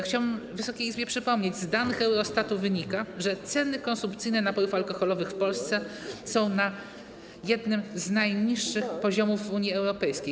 Chciałbym Wysokiej Izbie przypomnieć, że z danych Eurostatu wynika, że ceny konsumpcyjne napojów alkoholowych w Polsce są na jednym z najniższych poziomów w Unii Europejskiej.